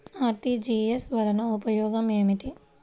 RTGS వలన ఉపయోగం ఏమిటీ?